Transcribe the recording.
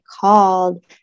called